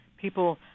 people